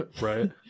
right